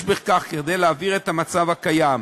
יש בכך כדי להבהיר את המצב הקיים,